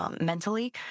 Mentally